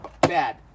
Bad